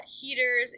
heaters